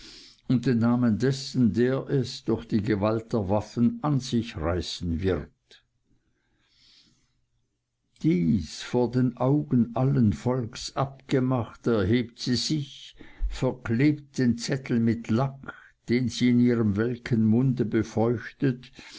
und den namen dessen der es durch die gewalt der waffen an sich reißen wird dies vor den augen allen volks abgemacht erhebt sie sich verklebt den zettel mit lack den sie in ihrem welken munde befeuchtet